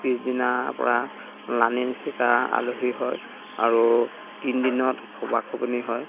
পিছদিনাৰ পৰা লানি নিছিগা আলহী হয় আৰু তিনি দিনত খোবা খুবুনী হয়